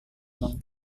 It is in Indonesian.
ulang